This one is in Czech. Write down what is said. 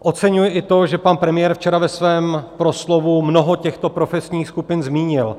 Oceňuji i to, že pan premiér včera ve svém proslovu mnoho těchto profesních skupin zmínil.